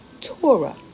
Torah